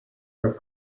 are